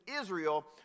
Israel